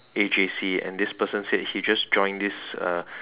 A_J_C and this person said that he just joined this uh